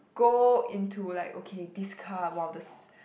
go into like okay this car wow the s~